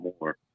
more